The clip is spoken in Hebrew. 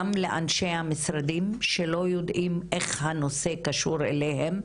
גם לאנשי המשרדים שלא יודעים איך הנושא קשור אליהם,